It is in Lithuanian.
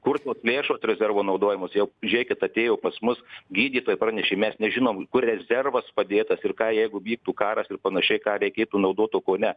kur tos lėšos rezervo naudojamos jau žiūrėkit atėjo pas mus gydytoja pranešė mes nežinom kur rezervas padėtas ir ką jeigu vyktų karas ir panašiai ką reikėtų naudot o ko ne